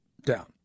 down